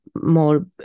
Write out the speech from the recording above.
more